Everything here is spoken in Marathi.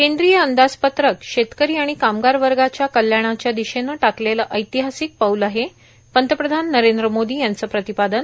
केंद्रीय अंदाज पत्रक शेतकरी आणि कामगार वर्गाच्या कल्याणाच्या दिशेनं टाकलेलं ऐतिहासिक पाऊल आहे पंतप्रधान नरेंद्र मोदी यांचं प्रतिपादन